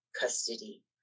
custody